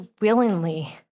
willingly